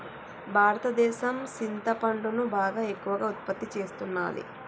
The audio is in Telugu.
భారతదేసం సింతపండును బాగా ఎక్కువగా ఉత్పత్తి సేస్తున్నది